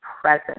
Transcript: present